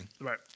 Right